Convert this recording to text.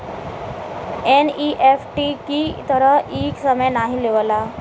NEFT की तरह इ समय नाहीं लेवला